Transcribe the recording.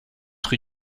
rue